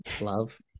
Love